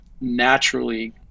naturally